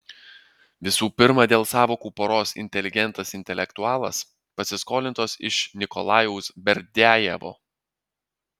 visų pirma dėl sąvokų poros inteligentas intelektualas pasiskolintos iš nikolajaus berdiajevo